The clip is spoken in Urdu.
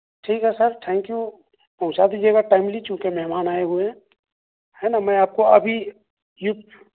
ٹھیک ہے سر تھینک یو پہنچا دیجئے گا ٹائملی چونکہ مہمان آئے ہوئے ہیں ہے نا میں آپ کو ابھی یو